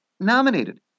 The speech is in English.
nominated